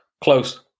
Close